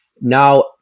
Now